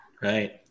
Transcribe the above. Right